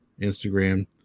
Instagram